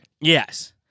Yes